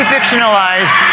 fictionalized